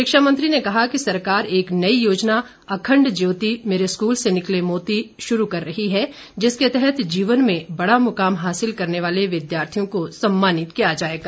शिक्षा मंत्री ने कहा कि सरकार एक नई योजना अखण्ड ज्योति मेरे स्कूल से निकले मोती शुरू कर रही है जिसके तहत जीवन में बड़ा मुकाम हासिल करने वाले विद्यार्थियों को सम्मानित किया जाएगा